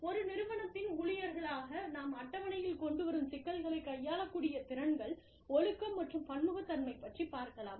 ஒரு நிறுவனத்தின் ஊழியர்களாக நாம் அட்டவணையில் கொண்டு வரும் சிக்கல்களைக் கையாள க்கூடிய திறன்கள் ஒழுக்கம் மற்றும் பன்முகத்தன்மை பற்றிப் பார்க்கலாம்